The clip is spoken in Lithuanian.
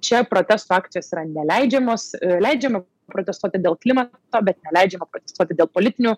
čia protesto akcijos yra neleidžiamos leidžiama protestuoti dėl klimato bet neleidžiama protestuoti dėl politinių